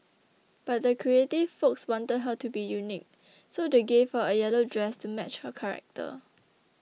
but the creative folks wanted her to be unique so they gave her a yellow dress to match her character